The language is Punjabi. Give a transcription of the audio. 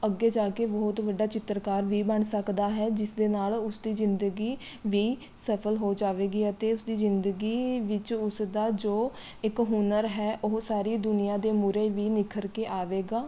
ਅੱਗੇ ਜਾ ਕੇ ਬਹੁਤ ਵੱਡਾ ਚਿੱਤਰਕਾਰ ਵੀ ਬਣ ਸਕਦਾ ਹੈ ਜਿਸ ਦੇ ਨਾਲ਼ ਉਸ ਦੀ ਜ਼ਿੰਦਗੀ ਵੀ ਸਫ਼ਲ ਹੋ ਜਾਵੇਗੀ ਅਤੇ ਉਸ ਦੀ ਜ਼ਿੰਦਗੀ ਵਿੱਚ ਉਸਦਾ ਜੋ ਇੱਕ ਹੁਨਰ ਹੈ ਉਹ ਸਾਰੀ ਦੁਨੀਆਂ ਦੇ ਮੁਹਰੇ ਵੀ ਨਿੱਖਰ ਕੇ ਆਵੇਗਾ